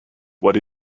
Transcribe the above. what